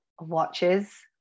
watches